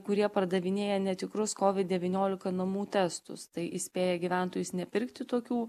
kurie pardavinėja netikrus covid devyniolika namų testus tai įspėja gyventojus nepirkti tokių